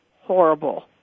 horrible